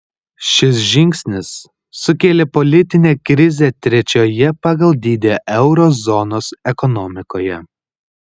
šis žingsnis sukėlė politinę krizę trečioje pagal dydį euro zonos ekonomikoje